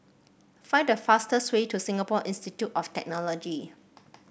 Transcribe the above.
find the fastest way to Singapore Institute of Technology